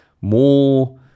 more